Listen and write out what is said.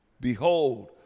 behold